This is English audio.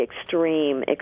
extreme